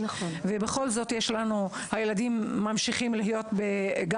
ובכל זאת הילדים ממשיכים להיות גם